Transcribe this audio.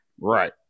Right